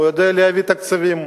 הוא יודע להביא תקציבים.